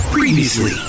Previously